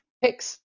picks